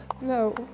No